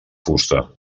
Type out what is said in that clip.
fusta